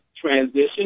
transition